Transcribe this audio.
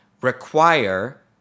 Require